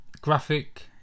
graphic